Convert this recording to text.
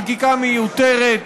חקיקה מיותרת,